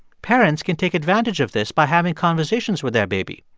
parents can take advantage of this by having conversations with their baby.